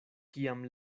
kiam